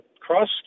cross